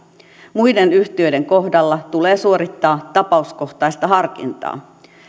muiden yhtiöiden kohdalla tulee suorittaa tapauskohtaista harkintaa